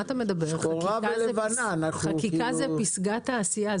חקיקה זה פסגת העשייה.